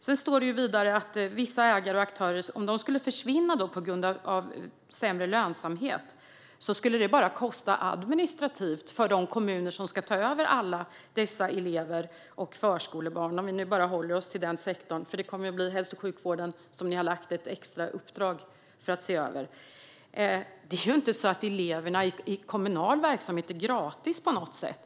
Vidare står det att om vissa ägare och aktörer skulle försvinna på grund av sämre lönsamhet skulle det bara medföra administrativa kostnader för de kommuner som ska ta över alla dessa elever och förskolebarn - vi håller oss till skolsektorn, för när det gäller hälso och sjukvården har ni gett ett extra uppdrag om att den ska ses över. Men eleverna i kommunal verksamhet är ju inte gratis på något sätt.